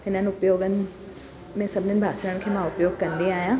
हिननि उपयोगनि में सभिनीनि बासण खे मां उपयोगु कंदी आहियां